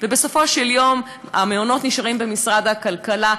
ובסופו של יום המעונות נשארים במשרד הכלכלה.